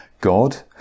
God